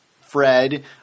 Fred